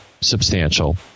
substantial